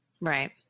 Right